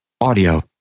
audio